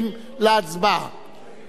בתחילה הוגשו לי 21 חתימות,